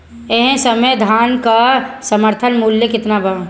एह समय धान क समर्थन मूल्य केतना बा?